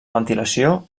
ventilació